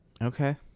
okay